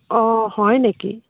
অঁ হয় নেকি